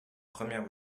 première